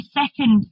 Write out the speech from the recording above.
second